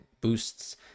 boosts